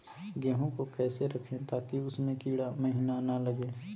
गेंहू को कैसे रखे ताकि उसमे कीड़ा महिना लगे?